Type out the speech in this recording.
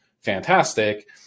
fantastic